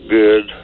good